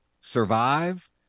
survive